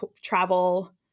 travel